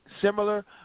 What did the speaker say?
similar